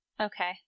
Okay